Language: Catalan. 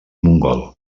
mongol